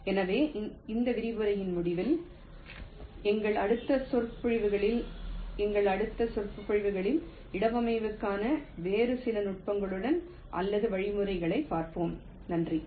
எனவே இந்த விரிவுரையின் முடிவில் எங்கள் அடுத்த சொற்பொழிவுகளில் இடவமைவுக்கான வேறு சில நுட்பங்கள் அல்லது வழிமுறைகளைப் பார்ப்போம்